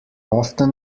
often